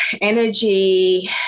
energy